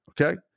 Okay